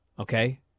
okay